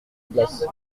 place